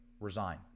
resign